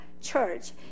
church